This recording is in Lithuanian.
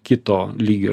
kito lygio